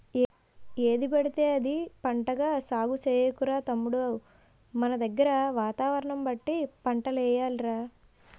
ఏదిపడితే అది పంటగా సాగు చెయ్యకురా తమ్ముడూ మనదగ్గర వాతావరణం బట్టి పంటలెయ్యాలి రా